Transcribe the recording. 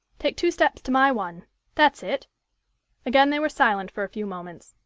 take two steps to my one that's it again they were silent for a few moments.